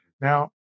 Now